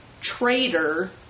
traitor